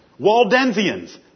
Waldensians